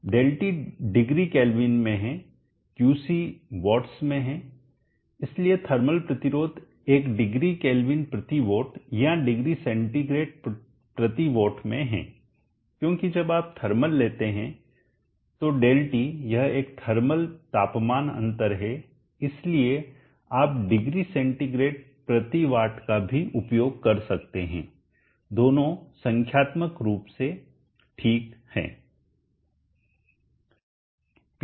ΔT degree Kelvin में है QC watts में है इसलिए थर्मल प्रतिरोध एक डिग्री केल्विन प्रति वाट या डिग्री सेंटीग्रेड प्रति वाट में है क्योंकि जब आप थर्मल लेते हैं तो ΔT यह एक थर्मल तापमान अंतर है इसलिए आप डिग्री सेंटीग्रेड प्रति वाट का भी उपयोग कर सकते हैं दोनों संख्यात्मक रूप से ठीक हैं